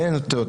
קומפוננטות,